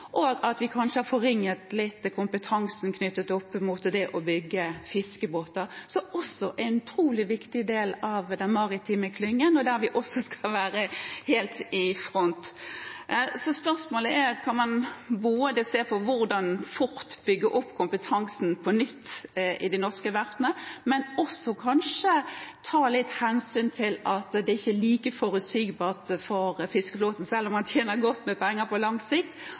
og at vi kanskje har forringet kompetansen litt knyttet til det å bygge fiskebåter, som også er en utrolig viktig del av den maritime klyngen, og der vi også skal være helt i front. Spørsmålet er: Kan man se på hvordan man fort kan bygge opp kompetansen på nytt i de norske verftene, men kanskje også ta litt hensyn til at det ikke er like forutsigbart for fiskeflåten? Selv om man tjener godt med penger på lang sikt,